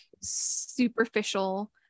superficial